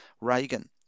Reagan